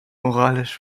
moralisch